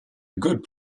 good